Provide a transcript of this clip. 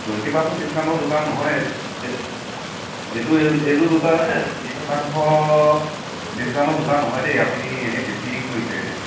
twenty percent ডিছকাউণ্টৰ জোতা নহয়েই এই এইটো এইযোৰ এইযোৰ জোতা বিছ শতাংশ ডিছকাউণ্টৰ জোতা নহয় দেই আপুনি এনেই বেছি কৈছে দেই